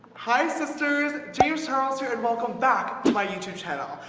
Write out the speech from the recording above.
hi sisters! james charles here and welcome back to my youtube channel.